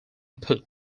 put